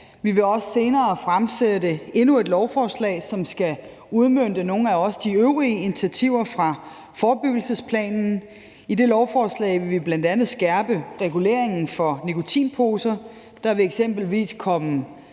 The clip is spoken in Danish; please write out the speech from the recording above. Vi vil også senere fremsætte endnu et lovforslag, som også skal udmønte nogle af de øvrige initiativer fra forebyggelsesplanen. I det lovforslag vil vi bl.a. skærpe reguleringen for nikotinposer. Der vil eksempelvis komme